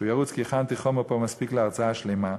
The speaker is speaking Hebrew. ירוץ כי הכנתי חומר פה מספיק להרצאה שלמה.